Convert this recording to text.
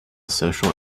social